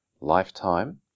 lifetime